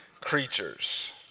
creatures